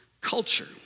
culture